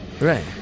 Right